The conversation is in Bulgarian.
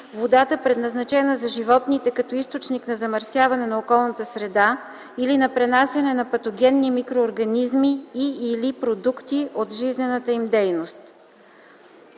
водата, предназначена за животните, като източник на замърсяване на околната среда или на пренасяне на патогенни микроорганизми и/или продукти от жизнената им дейност.”